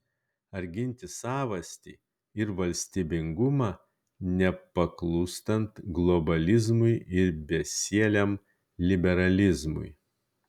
ar ginti savastį ir valstybingumą nepaklūstant globalizmui ir besieliam liberalizmui